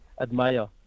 admire